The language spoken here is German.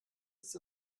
ist